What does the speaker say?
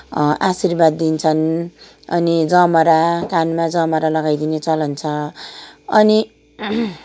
आशिर्वाद दिन्छन् अनि जमरा कानमा जमरा लगाइदिने चलन छ अनि